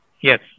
Yes